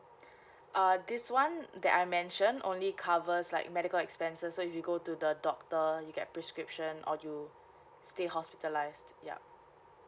uh this one that I mentioned only covers like medical expenses so if you go to the doctor you get prescription or you stay hospitalised yup